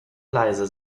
leise